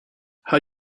how